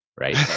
right